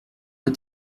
est